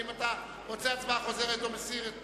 האם אתה רוצה הצבעה חוזרת או מסיר?